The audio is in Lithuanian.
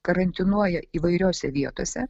karantinuoja įvairiose vietose